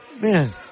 Man